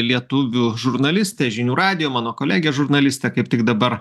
lietuvių žurnalistė žinių radijo mano kolegė žurnalistė kaip tik dabar